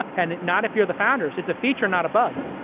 and not if you're the founder. it's a feature, not a bug.